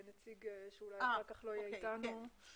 איזשהו נציג שאולי אחר כך לא יהיה אתנו ב-זום?